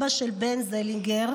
אבא של בן זלינגר,